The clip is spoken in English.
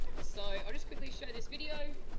so just quickly show this video.